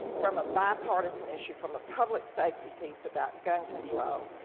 from a bi-partisan issue, from a public safety piece, about gun control.